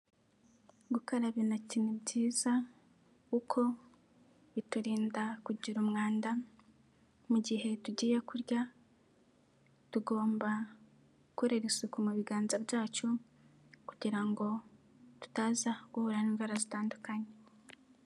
Gukaraba intoki ni byiza kuko biturinda kugira umwanda mu gihe tugiye kurya tugomba gukorera isuku mu biganza byacu kugira ngo tutaza guhura n'idwara zitandukanye.